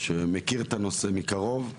שמכיר את הנושא מקרוב,